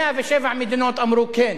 107 מדינות אמרו כן.